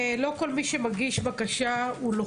אחד, לא כל מי שמגיש בקשה הוא לוחם.